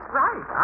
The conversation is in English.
right